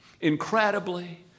incredibly